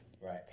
right